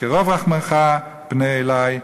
כרב רחמיך פנה אלי".